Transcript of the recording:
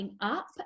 up